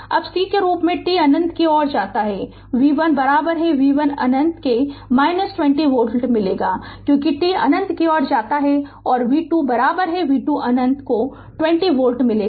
अब c के रूप में t अनंत की ओर जाता है v1 v1 अनंत को 20 वोल्ट मिलेगा क्योंकि t अनंत की ओर जाता है और v2 v2 अनंत को 20 वोल्ट मिलेगा